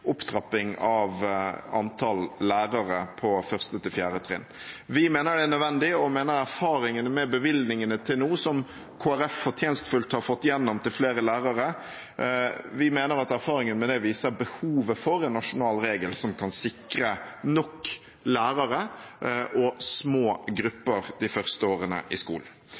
opptrapping av antallet lærere på 1.–4. trinn. Vi mener det er nødvendig, og mener erfaringene med bevilgningene til nå – nå som Kristelig Folkeparti fortjenestefullt har fått igjennom bevilgninger til flere lærere – viser behovet for en nasjonal regel som kan sikre nok lærere og små grupper de første årene i skolen.